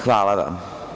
Hvala vam.